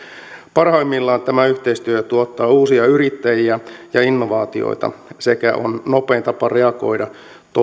parhaimmillaan tämä yhteistyö tuottaa uusia yrittäjiä ja innovaatioita sekä on nopein tapa reagoida